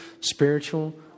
spiritual